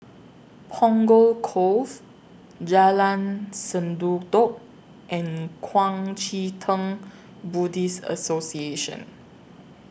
Punggol Cove Jalan Sendudok and Kuang Chee Tng Buddhist Association